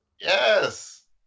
Yes